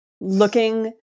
looking